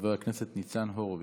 חבר הכנסת ניצן הורוביץ,